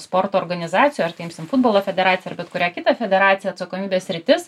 sporto organizacijų ar tai imsim futbolo federaciją ar bet kurią kitą federaciją atsakomybės sritis